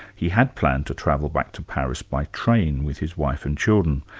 he had planned to travel back to paris by train with his wife and children,